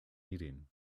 eating